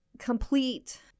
complete